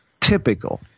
Typical